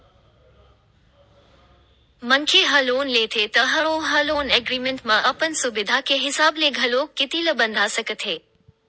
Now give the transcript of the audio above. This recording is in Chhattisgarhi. मनखे ह लोन लेथे त ओ ह लोन एग्रीमेंट म अपन सुबिधा के हिसाब ले घलोक किस्ती ल बंधा सकथे